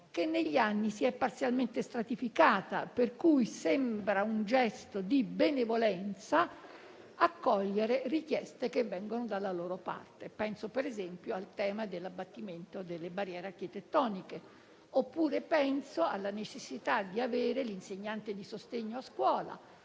che negli anni si è parzialmente stratificata, per cui sembra un gesto di benevolenza accogliere richieste che vengono dalla loro parte. Penso, per esempio, al tema dell'abbattimento delle barriere architettoniche, oppure alla necessità di avere l'insegnante di sostegno a scuola